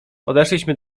podeszliśmy